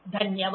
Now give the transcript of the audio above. धन्यवाद